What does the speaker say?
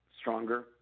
stronger